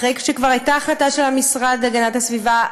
אחרי שכבר הייתה החלטה של המשרד להגנת הסביבה,